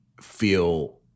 feel